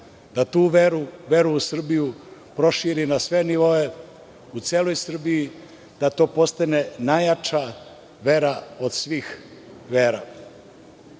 veru, veru u Srbiju proširi na sve nivoe u celoj Srbiji, da to postane najjača vera od svih vera. Vlada